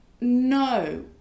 no